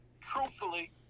truthfully